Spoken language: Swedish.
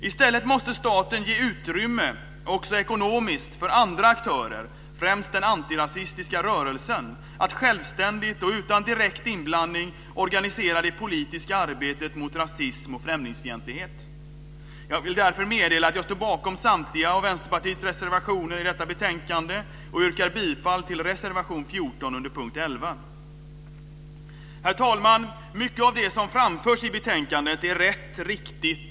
I stället måste staten ge utrymme, också ekonomiskt, för andra aktörer - främst den antirasistiska rörelsen - att självständigt och utan direkt inblandning organisera det politiska arbetet mot rasism och främlingsfientlighet. Jag vill därför meddela att jag står bakom Vänsterpartiets samtliga reservationer i detta betänkande, men jag yrkar bifall endast till reservation 14 under punkt 11. Herr talman! Mycket av det som framförs i betänkandet är rätt och riktigt.